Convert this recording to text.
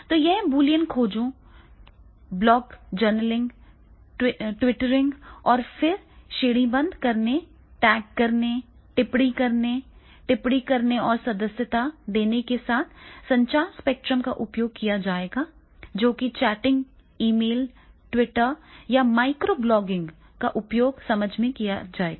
तो ये बूलियन खोजों ब्लॉग जर्नलिंग ट्विटरिंग और फिर श्रेणीबद्ध करने टैग करने टिप्पणी करने टिप्पणी करने और सदस्यता देने के साथ संचार स्पेक्ट्रम का उपयोग किया जाएगा जो कि चैटिंग ईमेल ट्विटर या माइक्रो ब्लॉगिंग का उपयोग समझ के लिए किया जाएगा